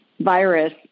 virus